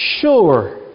sure